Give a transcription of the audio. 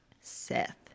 Seth